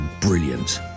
brilliant